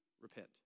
repent